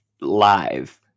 live